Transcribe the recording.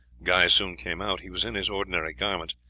guy soon came out. he was in his ordinary garments,